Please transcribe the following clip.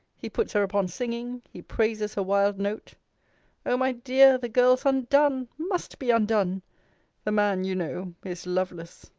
he puts her upon singing. he praises her wild note o my dear, the girl's undone must be undone the man, you know, is lovelace.